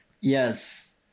Yes